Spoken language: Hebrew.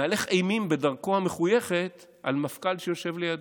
מהלך אימים בדרכו המחויכת על המפכ"ל שיושב לידו.